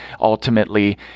ultimately